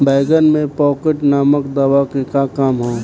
बैंगन में पॉकेट नामक दवा के का काम ह?